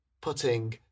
putting